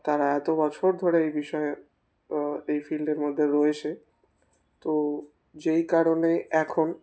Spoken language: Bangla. তারা এত বছর ধরে এই বিষয়ে এই ফিল্ডের মধ্যে রয়েছে তো যে কারণে এখন